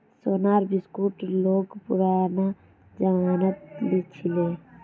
सोनार बिस्कुट लोग पुरना जमानात लीछीले